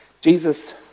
Jesus